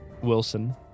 Wilson